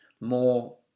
more